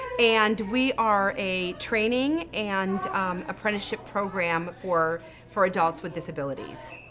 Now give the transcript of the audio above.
and we are a training and apprenticeship program for for adults with disabilities.